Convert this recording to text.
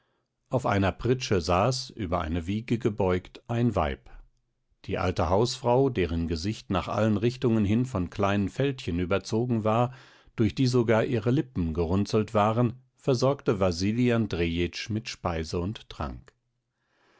auf einer pritsche saß über eine wiege gebeugt ein weib die alte hausfrau deren gesicht nach allen richtungen hin von kleinen fältchen überzogen war durch die sogar ihre lippen gerunzelt waren versorgte wasili andrejitsch mit speise und trank